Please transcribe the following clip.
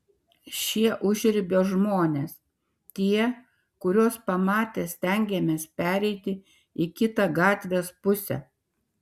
šie užribio žmonės tie kuriuos pamatę stengiamės pereiti į kitą gatvės pusę